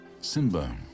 Simba